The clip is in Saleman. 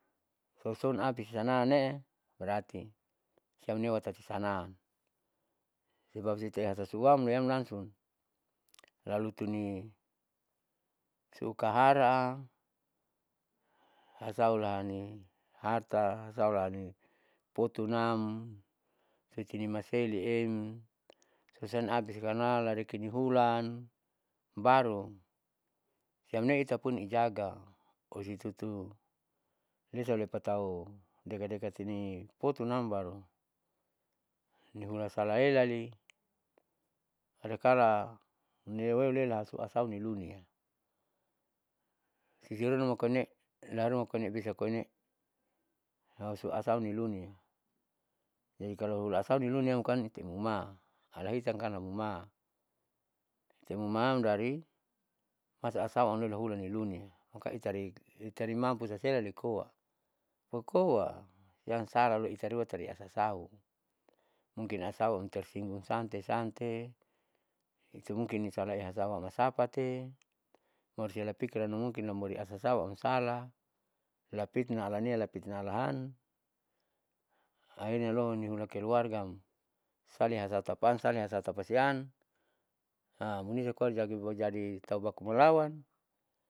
Souson abisananne berati siamnewa tatisanam sebab setelah hasasuam loiam langsung lalutuni sukahara hasaulani ata hasaulani potunam sutinimaseliem kepusam abis karna lariki nihulan baru siamne taupun ijaga ositutu lesaipatau dekadekati potunam baru nihula salaelali adakala nieulela lunia siaruma koine ilaharuma koine bisa koine sau asa nilunin jadi kalo ulasau niluniam kan itenuma haliatan kan numa itemuam dari masaasau aholan nilunia muka itari itari mampu sasaela nikoa pokoa siam salah loi itarua itari asasau mungkin asau tersinggung sante sante itu mungkin isalauhasu sama sapate malusia lapira lamungkin lahasasau amsalah lapitnam alania lapitna alahan akhirnya lohini hula keluargaam sale haletapasam sale haletapasiam munisa koa jadiau jadi tahu bakumalawan.